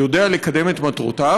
הוא יודע לקדם את מטרותיו.